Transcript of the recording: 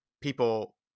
people